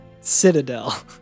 Citadel